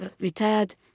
retired